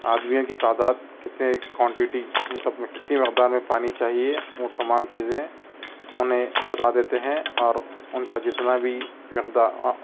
آدمیوں کی تعداد کتنی کوانٹٹی تک میں کتی مقدار میں پانی چاہئے وہ تمام چیزیں انہیں بتا دیتے ہیں اور ان کا جتنا بھی مقدار